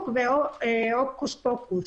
לא הוקוס פוקוס.